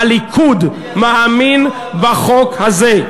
הליכוד מאמין בחוק הזה,